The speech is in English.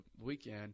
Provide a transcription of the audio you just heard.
weekend